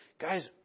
guys